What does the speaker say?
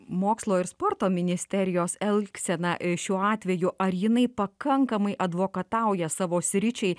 mokslo ir sporto ministerijos elgseną šiuo atveju ar jinai pakankamai advokatauja savo sričiai